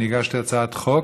אני הגשתי הצעת חוק